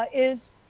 ah is,